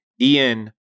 Ian